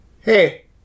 hey